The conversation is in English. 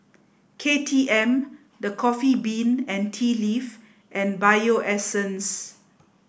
K T M The Coffee Bean and Tea Leaf and Bio Essence